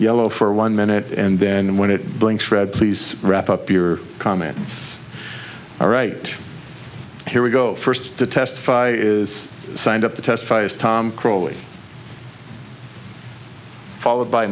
yellow for one minute and then when it blinks red please wrap up your comments all right here we go first to testify is signed up to testify as tom crawley followed by